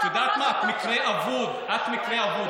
את יודעת מה, את מקרה אבוד.